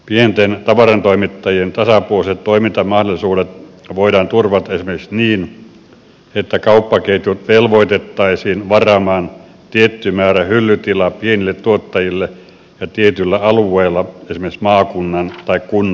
pienten tavarantoimittajien tasapuoliset toimintamahdollisuudet voidaan turvata esimerkiksi niin että kauppaketjut velvoitettaisiin varaamaan tietty määrä hyllytilaa pienille tuottajille ja tietyllä alueella esimerkiksi maakunnan tai kunnan alueella